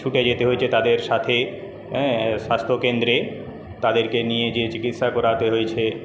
ছুটে যেতে হয়েছে তাদের সাথে স্বাস্থ্যকেন্দ্রে তাদেরকে নিয়ে যেয়ে চিকিৎসা করাতে হয়েছে